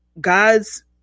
God's